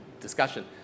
discussion